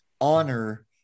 honor